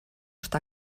està